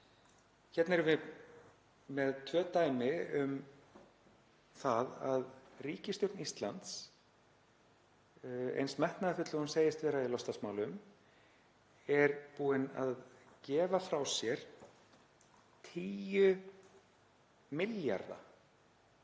Hérna erum við með tvö dæmi um það að ríkisstjórn Íslands, eins metnaðarfull og hún segist vera í loftslagsmálum, er búin að gefa frá sér 10 milljarða